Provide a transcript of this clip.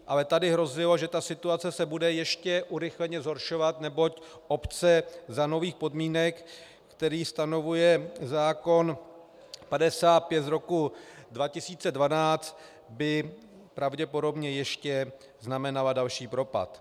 Ale tady hrozilo, že ta situace se bude ještě urychleně zhoršovat, neboť obce za nových podmínek, které stanovuje zákon 55 z roku 2012, by pravděpodobně znamenala ještě další propad.